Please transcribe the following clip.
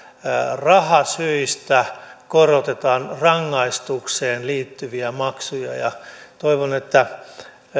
rahasyistä korotetaan rangaistukseen liittyviä maksuja toivon että